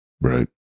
Right